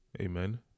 Amen